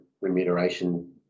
remuneration